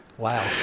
Wow